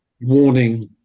warning